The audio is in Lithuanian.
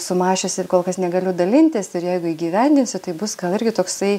sumąsčiusi ir kol kas negaliu dalintis ir jeigu įgyvendinsiu tai bus gal irgi toksai